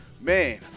Man